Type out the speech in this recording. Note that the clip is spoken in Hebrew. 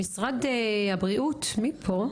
משרד הבריאות, מי פה?